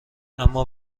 اما